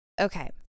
okay